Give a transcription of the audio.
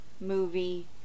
movie